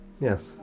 Yes